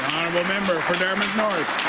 member for dartmouth north.